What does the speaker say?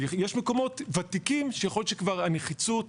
יש מקומות ותיקים שיכול להיות שהנחיצות כבר...